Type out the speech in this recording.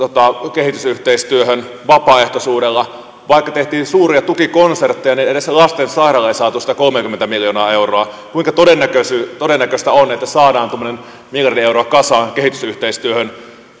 kehitysyhteistyöhön vapaaehtoisuudella vaikka tehtiin suuria tukikonsertteja niin edes lastensairaalalle ei saatu sitä kolmeakymmentä miljoonaa euroa kuinka todennäköistä todennäköistä on että saadaan tuommoinen miljardi euroa kasaan kehitysyhteistyöhön